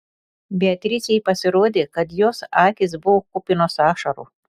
beatričei pasirodė kad jos akys buvo kupinos ašarų